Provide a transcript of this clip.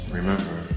remember